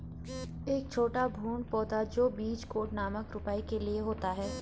एक छोटा भ्रूण पौधा जो बीज कोट नामक रोपाई के लिए होता है